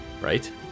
right